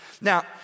now